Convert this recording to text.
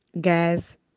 guys